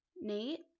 Nate